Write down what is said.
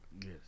yes